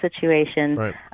situation